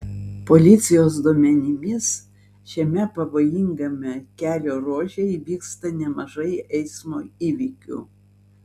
policijos duomenimis šiame pavojingame kelio ruože įvyksta nemažai eismo įvykių